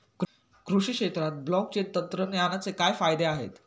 कृषी क्षेत्रात ब्लॉकचेन तंत्रज्ञानाचे काय फायदे आहेत?